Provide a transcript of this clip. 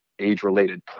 age-related